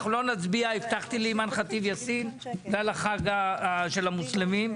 אנחנו לא נצביע; הבטחתי לאימאן ח'טיב יאסין בגלל החג של המוסלמים,